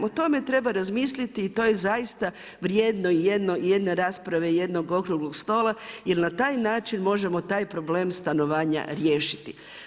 O tome treba razmisliti i to je zaista vrijedno jedne rasprave, jednog okruglog stola jer na taj način možemo taj problem stanovanja riješiti.